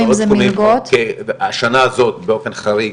מיליון, השנה הזאת באופן חריג,